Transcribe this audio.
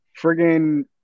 friggin